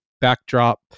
backdrop